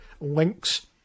links